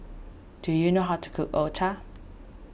do you know how to cook Otah